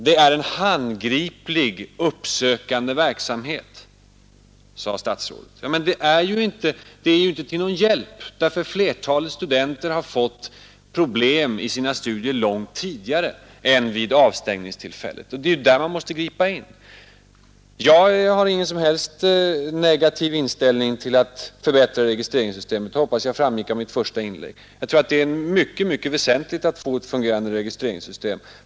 Det är en handgriplig uppsökande verksamhet, sade statsrådet. Men den är ju inte till någon hjälp, därför att flertalet studenter har fått problem i sina studier långt tidigare än vid avstängningstillfället, och då är det för sent att gripa in. Jag har ingen som helst negativ inställning till att förbättra registreringssystemet, det hoppas jag framgick av mitt första inlägg. Jag tror tvärtom att det är mycket väsentligt att få ett fungerande registreringssystem.